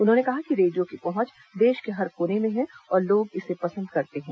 उन्होंने कहा कि रेडियो की पहुंच देश के हर कोने में है और लोग इसे पसंद करते हैं